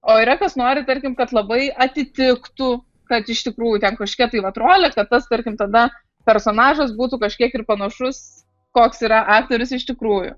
o yra kas nori tarkim kad labai atitiktų kad iš tikrųjų ten kažkokia tai vat rolė kad tas tarkim tada personažas būtų kažkiek ir panašus koks yra aktorius iš tikrųjų